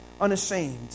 unashamed